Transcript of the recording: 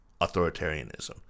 authoritarianism